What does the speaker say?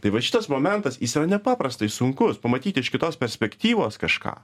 tai va šitas momentas jis yra nepaprastai sunkus pamatyti iš kitos perspektyvos kažką